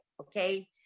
okay